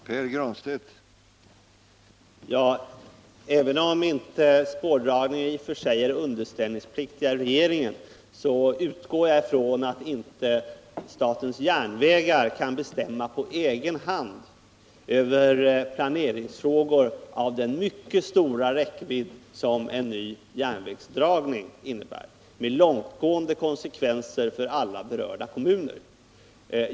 Herr talman! Även om statens järnvägar i och för sig inte har skyldighet att underställa regeringen frågor som gäller spårdragning, så utgår jag ifrån att statens järnvägar inte kan bestämma på egen hand över planeringsfrågor med den mycket stora räckvidd som en ny järnvägsdragning har, med långtgående konsekvenser för alla berörda kommuner.